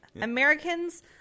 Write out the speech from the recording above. Americans